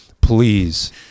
Please